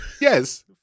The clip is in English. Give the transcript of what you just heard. Yes